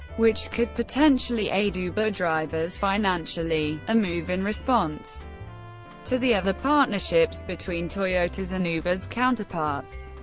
which could potentially aid uber drivers financially, a move in response to the other partnerships between toyota's and uber's counterparts.